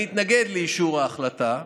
אני אתנגד לאישור ההחלטה,